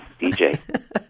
DJ